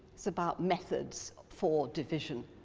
it's about methods for division.